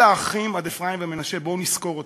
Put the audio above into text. כל האחים עד אפרים ומנשה, בואו נסקור אותם: